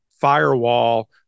firewall